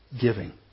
giving